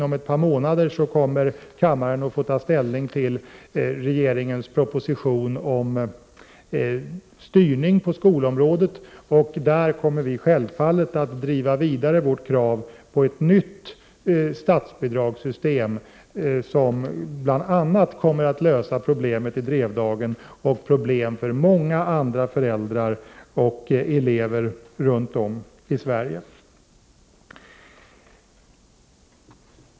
Om ett par månader kommer emellertid kammaren att få ta ställning till regeringens proposition om styrning på skolområdet. Då kommer vi självfallet att driva vårt krav på ett nytt statsbidragssystem, som bl.a. kommer att lösa problemet i Drevdagen och problemen för många andra föräldrar och elever runt om i Sverige.